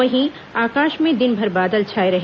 वहीं आकाश में दिनभर बादल छाए रहे